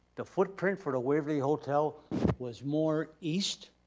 the footprint for the waverly hotel was more east,